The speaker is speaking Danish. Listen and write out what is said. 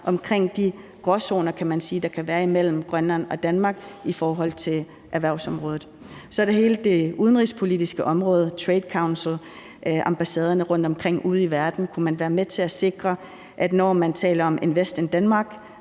omkring de gråzoner, der kan være imellem Grønland og Danmark i forhold til erhvervsområdet. Så er der hele det udenrigspolitiske område, Trade Council og ambassaderne rundtomkring ude i verden. Kunne man være med til at sikre, at når man taler om Invest in Denmark,